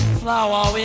flower